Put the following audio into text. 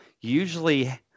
usually